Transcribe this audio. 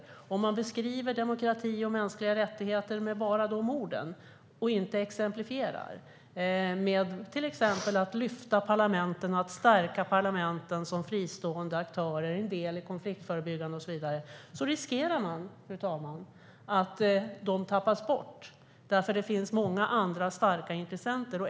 Men om man beskriver demokrati och mänskliga rättigheter med bara dessa ord och inte exemplifierar genom att till exempel lyfta fram och stärka parlamenten som fristående aktörer och som en del i konfliktförebyggande och så vidare riskerar man att de tappas bort därför att det finns många andra starka intressenter.